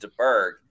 DeBerg